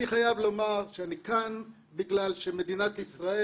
אני חייב לומר שאני כאן בגלל שמדינת ישראל